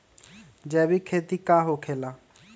जैविक खेती का होखे ला?